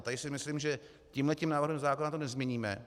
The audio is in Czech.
Tady si myslím, že tímhle tím návrhem zákona to nezměníme.